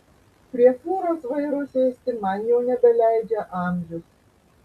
prie fūros vairo sėsti man jau nebeleidžia amžius